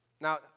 Now